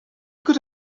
could